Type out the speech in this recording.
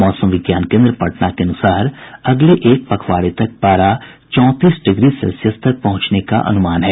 मौसम विज्ञान केन्द्र पटना के अनुसार अगले एक पखवारे तक पारा चौंतीस डिग्री सेल्सियस तक पहुंचने का अनुमान है